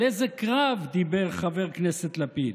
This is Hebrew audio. על איזה קרב דיבר חבר הכנסת לפיד,